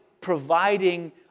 providing